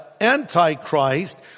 Antichrist